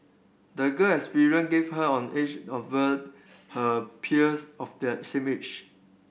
the girl experience gave her an edge over her peers of the same age